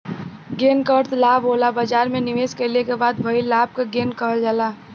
gain क अर्थ लाभ होला बाजार में निवेश कइले क बाद भइल लाभ क गेन कहल जाला